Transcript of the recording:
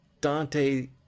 Dante